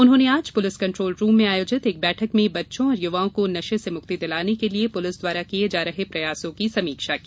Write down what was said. उन्होंने आज police control room में आयोजित एक बैठक में बच्चों और युवाओं को नशे से मुक्ति दिलाने के लिये पुलिस द्वारा किये जा रहे प्रयासों की समीक्षा की